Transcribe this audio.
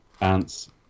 ants